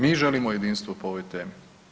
Mi želimo jedinstvo po ovoj temi.